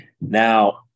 Now